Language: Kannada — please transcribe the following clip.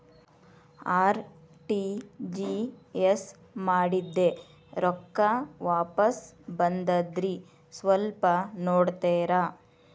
ಆರ್.ಟಿ.ಜಿ.ಎಸ್ ಮಾಡಿದ್ದೆ ರೊಕ್ಕ ವಾಪಸ್ ಬಂದದ್ರಿ ಸ್ವಲ್ಪ ನೋಡ್ತೇರ?